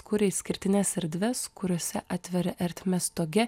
kuria išskirtines erdves kuriose atveria ertmes stoge